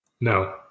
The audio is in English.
No